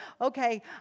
okay